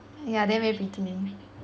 yeah there very pretty